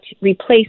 replace